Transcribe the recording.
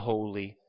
Holy